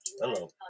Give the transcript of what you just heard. Hello